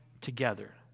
together